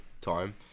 time